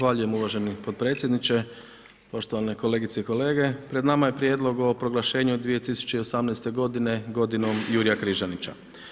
Zahvaljujem uvaženi potpredsjedniče, poštovane kolegice i kolege, pred nama je prijedlog o proglašenju 2018. godine godinom Jurja Križanića.